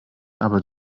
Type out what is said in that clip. aber